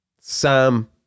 Sam